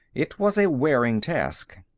it was a wearing task.